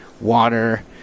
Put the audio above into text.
water